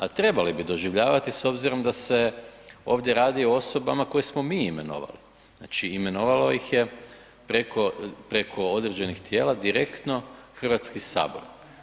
A trebali bi doživljavati s obzirom da se ovdje radi o osobama koje smo mi imenovali, znači imenovalo ih je preko određenih tijela, direktno Hrvatski sabor.